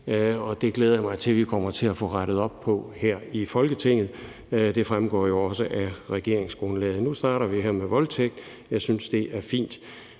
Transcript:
det glæder jeg mig til at vi får rettet op på her i Folketinget. Det fremgår jo som sagt også af regeringsgrundlaget. Nu starter vi her med straffen for voldtægt. Jeg synes, det er fint.